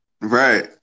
Right